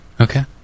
Okay